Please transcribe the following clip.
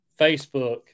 Facebook